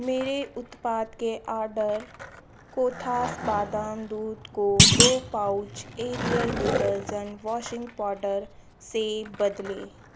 मेरे उत्पाद के ऑर्डर कोथास बादाम दूध को दो pouch Ariel detergent washing powder से बदलें